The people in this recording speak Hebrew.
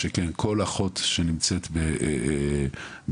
עם האוצר אני אשתדל להיות בקשר.